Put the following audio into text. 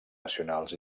nacionals